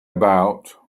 about